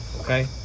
Okay